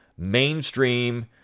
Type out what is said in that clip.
mainstream